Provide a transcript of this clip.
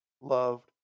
loved